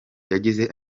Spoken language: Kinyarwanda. yagize